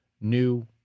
new